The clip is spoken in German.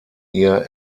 ihr